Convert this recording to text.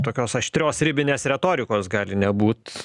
tokios aštrios ribinės retorikos gali nebūt